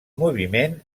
moviment